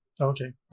Okay